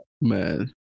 Man